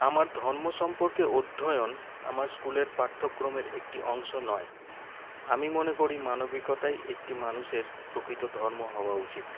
আমার ধর্ম সম্পর্কে অধ্যয়ন আমার স্কুলের পাঠ্যক্রমের একটি অংশ নয় আমি মনে করি মানবিকতাই একটি মানুষের প্রকৃত ধর্ম হওয়া উচিত